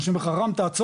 אני אומר לך 'רם תעצור,